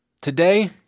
Today